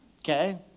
Okay